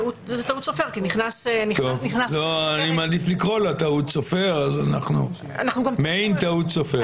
אני מעדיף לקרוא לה מעין טעות סופר.